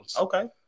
Okay